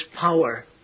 power